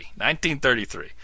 1933